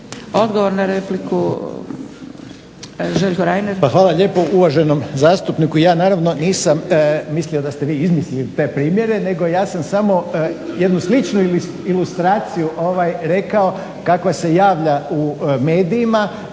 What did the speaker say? Odgovor na repliku, Željko Reiner.